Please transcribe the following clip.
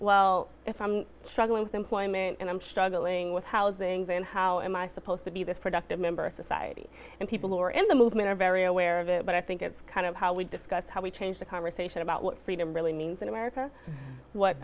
well if i'm struggling with employment and i'm struggling with housing then how am i supposed to be this productive member of society and people who are in the movement are very aware of it but i think it's kind of how we discuss how we change the conversation about what freedom really means in america what